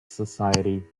society